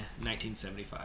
1975